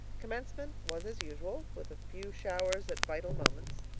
commencement was as usual, with a few showers at vital moments.